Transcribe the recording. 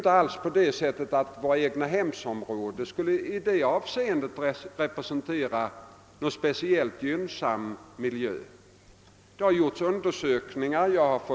Egnahemsområdena representerar inte alltid i det avseendet någon speciellt gynnsam miljö. Det har gjorts undersökningar i detta avseende.